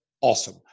awesome